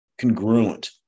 congruent